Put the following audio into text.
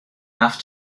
have